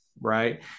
right